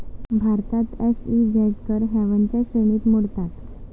भारतात एस.ई.झेड कर हेवनच्या श्रेणीत मोडतात